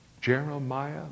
Jeremiah